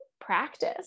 practice